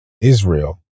Israel